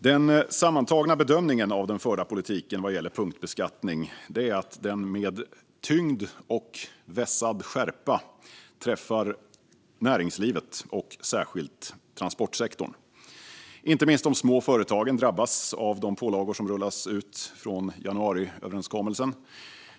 Den sammantagna bedömningen av den förda politiken vad gäller punktbeskattning är att den med tyngd och vässad skärpa träffar näringslivet och särskilt transportsektorn. Inte minst de små företagen drabbas av de pålagor som rullas ut från januariöverenskommelsen.